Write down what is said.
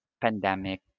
pandemic